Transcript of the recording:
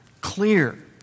clear